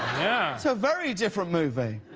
yeah so very different movie!